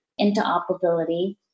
interoperability